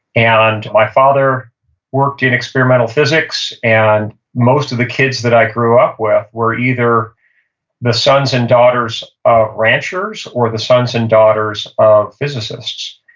and my father worked in experimental physics, and most of the kids that i grew up with were either the sons and daughters of ranchers or the sons and daughters of physicists.